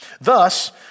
thus